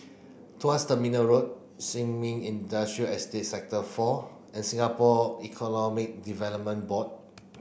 Tuas Terminal Road Sin Ming Industrial Estate Sector four and Singapore Economic Development Board